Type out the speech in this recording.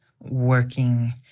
working